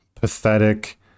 pathetic